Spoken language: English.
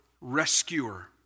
rescuer